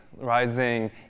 rising